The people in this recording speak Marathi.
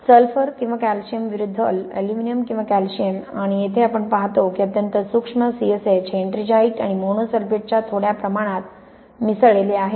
सल्फरकॅल्शियम विरुद्ध अॅल्युमिनियमकॅल्शियम आणि येथे आपण पाहतो की अत्यंत सूक्ष्म CSH हे एट्रिंजाइट आणि मोनोसल्फेटच्या थोड्या प्रमाणात मिसळलेले आहे